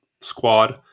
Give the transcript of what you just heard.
squad